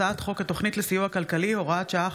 הצעת חוק התוכנית לסיוע הכלכלי (הוראת שעה,